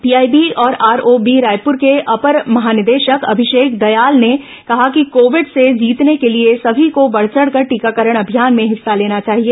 PIB और ROB Raipur के अपर महानिदेशक अभिषेक दयाल ने कहा कि कोविड से जीतने के लिए सभी को बढ़ चढ़कर टीकाकरण अभियान में हिस्सा लेना चाहिए